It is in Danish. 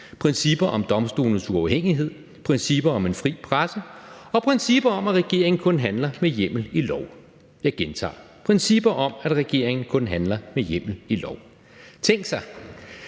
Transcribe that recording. principper om domstolenes uafhængighed, principper om en fri presse og principper om, at regeringen kun handler med hjemmel i lov. Jeg gentager: principper om, at regeringen kun handler med hjemmel i lov. Tænk sig,